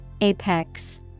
Apex